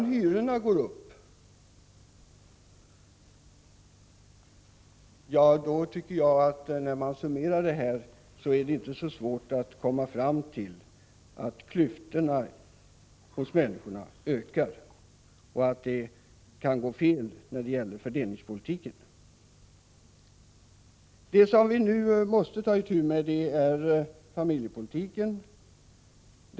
Hyrorna går upp. När man summerar allt detta är det inte svårt att förstå att klyftorna mellan människorna ökar och att det kan gå fel när det gäller fördelningspolitiken. Det som vi nu i första hand måste ta itu med är familjepolitiken.